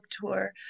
tour